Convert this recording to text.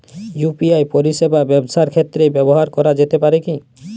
UPI পরিষেবা ব্যবসার ক্ষেত্রে ব্যবহার করা যেতে পারে কি?